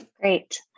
Great